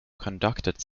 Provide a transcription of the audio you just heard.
conducted